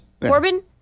Corbin